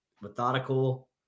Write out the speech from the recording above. methodical